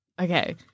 Okay